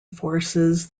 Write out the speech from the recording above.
forces